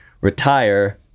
retire